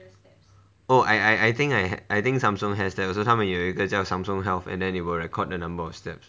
oh I I think I I think samsung has that also 他们有一个叫 samsung health and then it will record the number of steps